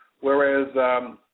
whereas